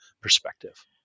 perspective